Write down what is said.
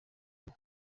umwe